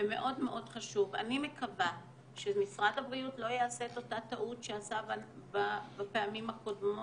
אני מקווה שמשרד הבריאות לא יעשה את אותה טעות שעשה בפעמים הקודמות,